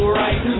right